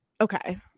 Okay